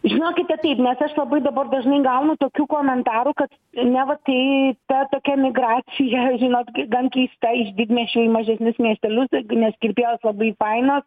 žinokite taip nes aš labai dabar dažnai gaunu tokių komentarų kad neva tai ta tokia migracija žinot gan keista iš didmiesčių į mažesnius miestelius nes kirpėjos labai fainos